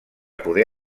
poder